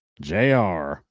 JR